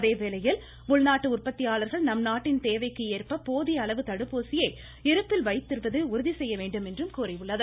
அதேவேளையில் உள்நாட்டு உற்பத்தியாளர்கள் நம்நாட்டின் தேவைக்கு ஏற்ப போதிய அளவு தடுப்பூசியை இருப்பில் வைப்பது உறுதி செய்யப்படும் என்று கூறியுள்ளது